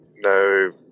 no